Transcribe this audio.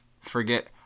Forget